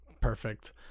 perfect